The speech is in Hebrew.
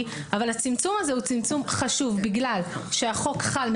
אבל הצמצום הזה הוא צמצום חשוב בגלל שהחול חל,